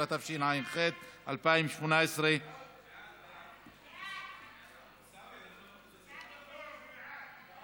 16), התשע"ח 2018. סעיפים 1